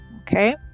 okay